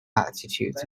attitudes